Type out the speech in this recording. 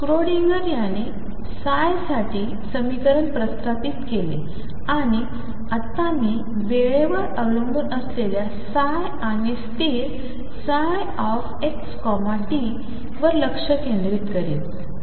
Schrodinger यांनी ψ साठी समीकरण प्रस्तावित केले आणि आत्ता मी वेळेवर अवलंबून असलेल्या ψ आणि स्थिर ψxt वरं लक्षकेंद्रित करेन